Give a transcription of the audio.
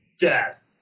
death